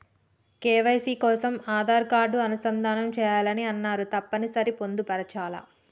KYC కోసం Aadhaar card అనుసంధానం చేయాలని అన్నరు తప్పని సరి పొందుపరచాలా?